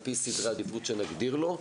על פי סדרי עדיפות שנגדיר לו,